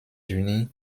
unis